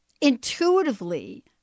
intuitively